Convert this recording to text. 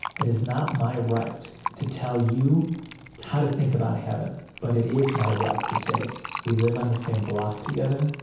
it is not my right to tell you how to think about heaven. but it is my right to say we live on the same block together,